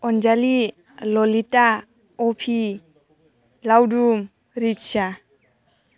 अनजालि ल'लिता अफि लाउदुम रिटिया